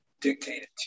dictated